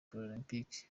paralempike